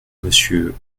monsieur